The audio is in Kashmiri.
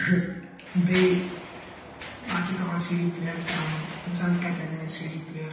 بیٚیہِ اَتھ چھِ پیٚوان سی ڈی پٔلیَر تہِ اَنُن اِنسان کَتہِ اَنہِ وۅنۍ سی ڈی پٔلیر